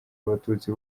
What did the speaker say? abatutsi